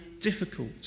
difficult